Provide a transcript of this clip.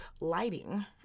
lighting